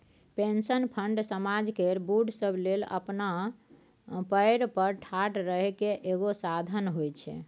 pension fund समाज केर बूढ़ सब लेल अपना पएर पर ठाढ़ रहइ केर एगो साधन होइ छै